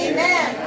Amen